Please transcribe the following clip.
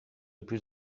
plus